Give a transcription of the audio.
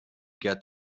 get